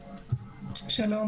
שלום,